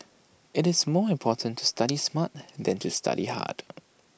IT is more important to study smart than to study hard